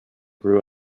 grew